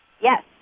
Yes